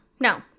No